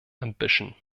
ambition